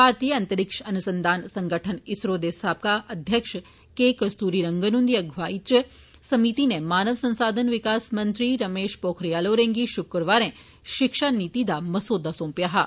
भारतीय अंतरीक्ष अनुसंधान संगठन इसरो दे साबका अध्यक्ष के कस्तूरीरंगन हुन्दी अगुवाई च समीति नै मानव संसाधन विकास मंत्री रमेश पोखरियाल होरेंगी शुक्रवारै शिक्षा नीति दा मंसोदा सोंपेया हा